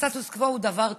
הסטטוס קוו הוא דבר טוב.